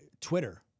Twitter